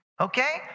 Okay